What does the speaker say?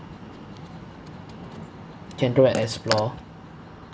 can go and explore